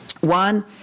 One